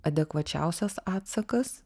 adekvačiausias atsakas